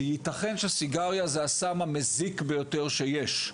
כי ייתכן שסיגריה זה הסם המזיק ביותר שיש.